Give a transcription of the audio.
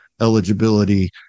eligibility